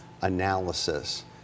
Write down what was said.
analysis